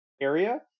area